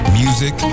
music